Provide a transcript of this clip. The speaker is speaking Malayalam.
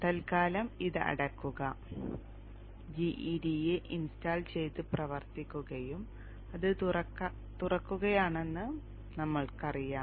തൽക്കാലം ഇത് അടയ്ക്കുക gEDA ഇൻസ്റ്റാൾ ചെയ്തു പ്രവർത്തിക്കുകയും അത് തുറക്കുകയാണെന്നും നമ്മൾക്കറിയാം